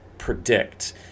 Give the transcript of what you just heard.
Predict